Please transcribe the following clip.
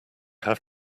have